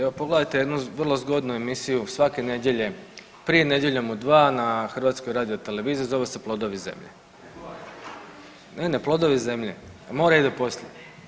Evo pogledajte jednu vrlo zgodnu emisiju svake nedjelje, prije Nedjeljom u 2 na HRT-u zove se Plodovi zemlje. … [[Upadica: Ne razumije se.]] Ne, ne Plodovi zemlje, a more ide poslije.